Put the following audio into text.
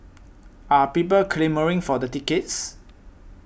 are people clamouring for the tickets